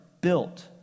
built